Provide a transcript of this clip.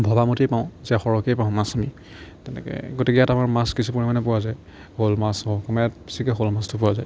ভবামতেই পাওঁ যে সৰহকৈয়ে পাওঁ মাছ আমি তেনেকৈ গতিকে ইয়াত আমাৰ মাছ কিছু পৰিমাণে পোৱা যায় শ'ল মাছ হওক আমাৰ ইয়াত বেছিকৈ শ'ল মাছটো পোৱা যায়